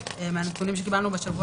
בעייתי.